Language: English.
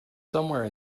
somewhere